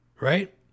right